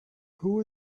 who